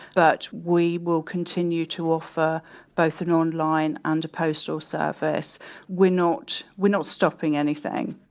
but we will continue to offer both an online and a postal service we're not, we're not stopping anything.